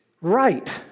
Right